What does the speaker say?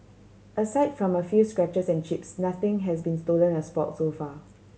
aside from a few scratches and chips nothing has been stolen or sport so far